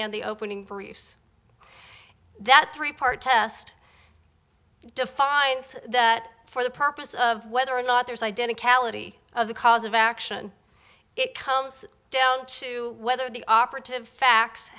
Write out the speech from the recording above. and the opening briefs that three part test defines that for the purpose of whether or not there's identity khalili of the cause of action it comes down to whether the operative facts